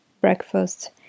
breakfast